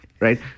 Right